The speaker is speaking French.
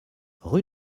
rue